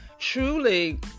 truly